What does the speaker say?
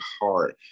hard